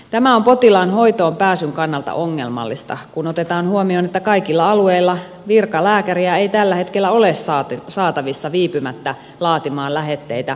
tämä on potilaan hoitoonpääsyn kannalta ongelmallista kun otetaan huomioon että kaikilla alueilla virkalääkäriä ei tällä hetkellä ole saatavissa viipymättä laatimaan lähetteitä ympäri vuorokauden